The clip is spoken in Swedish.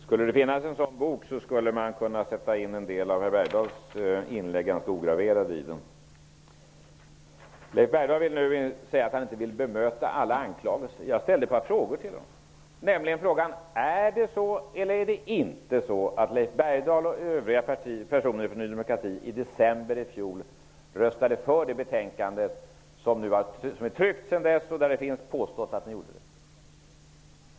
Herr talman! Om det fanns en sådan bok, skulle man kunna ta med Leif Bergdahls inlägg ganska ograverade. Leif Bergdahl sade att han inte vill bemöta alla anklagelser. Jag ställde ett par frågor till honom, nämligen: Är det så, eller är det inte så, att Leif Bergdahl och övriga ledamöter i Ny demokrati i december i fjol röstade för förslagen i det betänkande som sedan dess har tryckts?